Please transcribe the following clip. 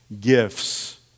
gifts